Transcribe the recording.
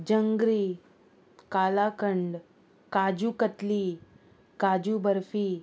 जंगरी कालाखंड काजू कत्ली काजू बर्फी